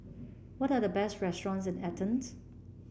what are the best restaurants in Athens